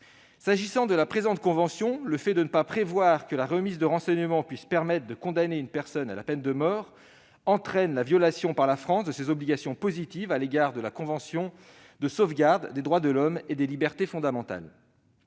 droit ne lui était posée. En l'occurrence, ne pas prévoir que la remise de renseignements puisse permettre de condamner une personne à la peine de mort entraîne la violation par la France de ses obligations positives à l'égard de la Convention de sauvegarde des droits de l'homme et des libertés fondamentales.